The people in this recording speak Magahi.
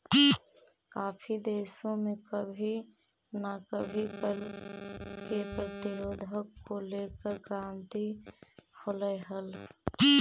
काफी देशों में कभी ना कभी कर के प्रतिरोध को लेकर क्रांति होलई हल